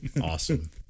Awesome